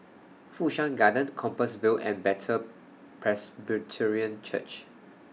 Fu Shan Garden Compassvale and Bethel Presbyterian Church